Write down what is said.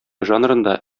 жанрында